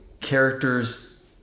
characters